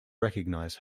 recognise